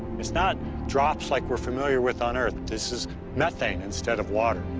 it's not drops like we're familiar with on earth this is methane, instead of water.